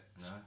No